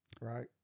Right